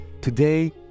Today